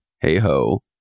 hey-ho